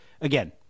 again